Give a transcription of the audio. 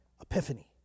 Epiphany